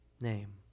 name